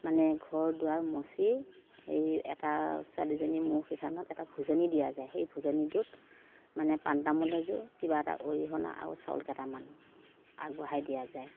মানে ঘৰ দুৱাৰ মচি সেই এটা ছোৱালীজনীৰ মুখ শিতানত এটা ভোজনী দিয়া যায় সেই ভোজনীটোত মানে পাণ তামোল এযোৰ কিবা এটা অৰিহণা আৰু চাউল কেইটামান আগবঢ়াই দিয়া যায়